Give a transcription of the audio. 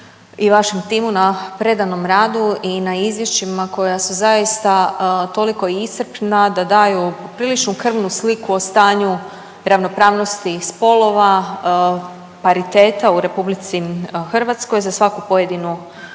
i vašem timu na predanom radu i na izvješćima koja su zaista toliko iscrpna da daju priličnu krvnu sliku o stanju ravnopravnosti spolova, pariteta u RH za svaku pojedinu